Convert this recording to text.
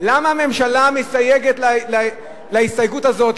למה הממשלה מתנגדת להסתייגות הזאת?